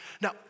Now